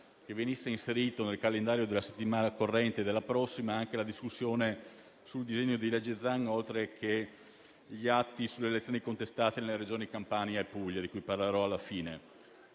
che venisse inserito nel calendario della settimana corrente e della prossima anche la discussione del disegno di legge Zan, oltre che gli atti sulle elezioni contestate nelle regioni Campania e Puglia, di cui parlerò alla fine.